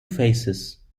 faces